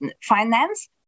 finance